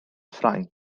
ffrainc